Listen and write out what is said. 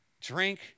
drink